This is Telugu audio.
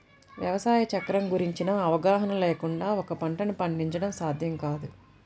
వ్యవసాయ చక్రం గురించిన అవగాహన లేకుండా ఒక పంటను పండించడం సాధ్యం కాదు